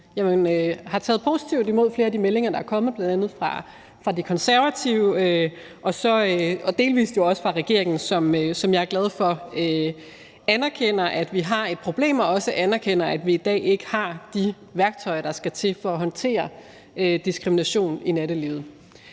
fald har taget positivt imod flere af de meldinger, der er kommet, bl.a. fra De Konservative og delvis jo også fra regeringen, som jeg er glad for anerkender, at vi har et problem, og også anerkender, at vi i dag ikke har de værktøjer, der skal til for at håndtere diskrimination i nattelivet.